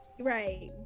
right